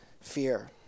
fear